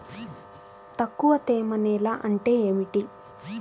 తక్కువ తేమ నేల అంటే ఏమిటి?